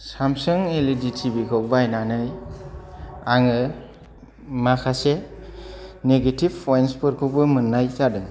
सामसुं LED TV खौ बायनानै आङो माखासे नेगेतिभ पयन्त्स फोरखौबो मोननाय जादों